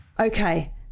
Okay